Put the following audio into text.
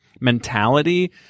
mentality